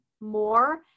more